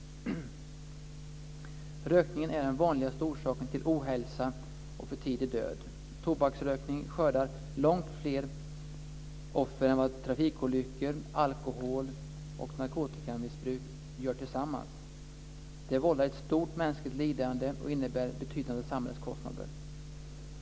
Rökningen är den vanligaste orsaken till ohälsa och för tidig död. Tobaksrökning skördar långt fler offer än vad trafikolyckor, alkohol och narkotikamissbruk gör tillsammans. Den vållar ett stort mänskligt lidande och innebär betydande samhällskostnader.